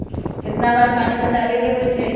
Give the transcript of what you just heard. कितना बार पानी पटावे के होई छाई?